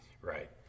right